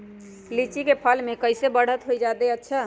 लिचि क फल म कईसे बढ़त होई जादे अच्छा?